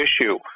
issue